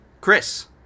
Chris